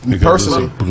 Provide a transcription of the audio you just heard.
Personally